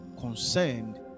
concerned